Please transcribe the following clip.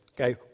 Okay